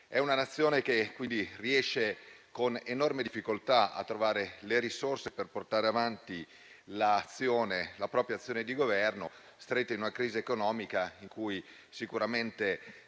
È una Nazione che quindi riesce con enorme difficoltà a trovare le risorse per portare avanti la propria azione di Governo, stretta in una crisi economica in cui sicuramente